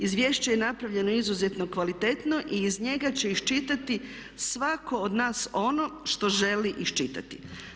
Izvješće je napravljeno izuzetno kvalitetno i iz njega će iščitati svako od nas ono što želi iščitati.